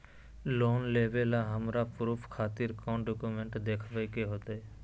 Loan लेबे ला हमरा प्रूफ खातिर कौन डॉक्यूमेंट देखबे के होतई?